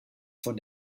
von